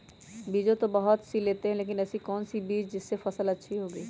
बीज तो बहुत सी लेते हैं पर ऐसी कौन सी बिज जिससे फसल अच्छी होगी?